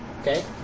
Okay